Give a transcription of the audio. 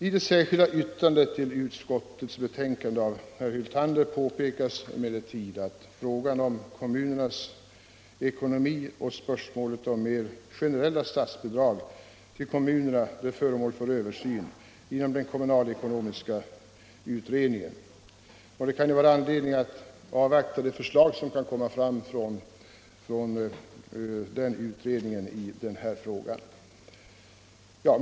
I det särskilda yttrandet till utskottets betänkande av herr Hyltander påpekas att frågan om kommunernas ekonomi och spörsmålet om mer generella statsbidrag till kommunerna är föremål för översyn inom den kommunalekonomiska utredningen. Det kan då vara anledning att avvakta de förslag som kan komma fram från den utredningen i den här frågan. Fru talman!